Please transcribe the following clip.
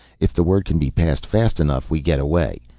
if the word can be passed fast enough, we get away.